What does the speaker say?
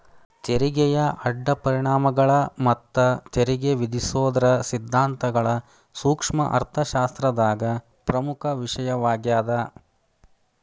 ತೆರಿಗೆಯ ಅಡ್ಡ ಪರಿಣಾಮಗಳ ಮತ್ತ ತೆರಿಗೆ ವಿಧಿಸೋದರ ಸಿದ್ಧಾಂತಗಳ ಸೂಕ್ಷ್ಮ ಅರ್ಥಶಾಸ್ತ್ರದಾಗ ಪ್ರಮುಖ ವಿಷಯವಾಗ್ಯಾದ